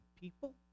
people